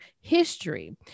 history